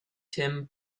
tim